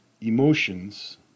emotions